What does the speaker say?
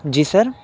جی سر